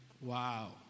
Wow